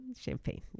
champagne